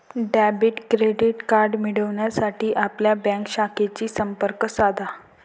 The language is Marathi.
डेबिट क्रेडिट कार्ड मिळविण्यासाठी आपल्या बँक शाखेशी संपर्क साधा